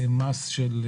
שאמרתי.